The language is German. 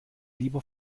lieber